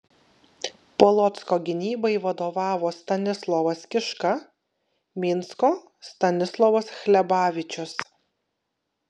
polocko gynybai vadovavo stanislovas kiška minsko stanislovas hlebavičius